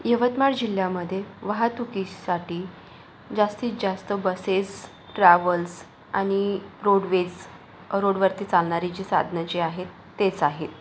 यवतमाळ जिल्ह्यामध्ये वाहतुकीसाठी जास्तीत जास्त बसेस ट्रॅव्हल्स आणि रोडवेज रोडवरती चालणारी जी साधनं जी आहेत तेच आहेत